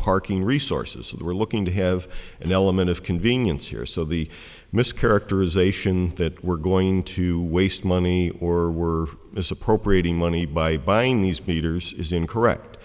parking resources were looking to have an element of convenience here so the miss characterization that we're going to waste money we're we're misappropriating money by buying me speeders is incorrect